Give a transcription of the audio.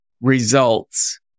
results